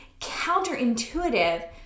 counterintuitive